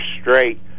straight